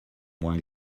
while